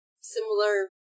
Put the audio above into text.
similar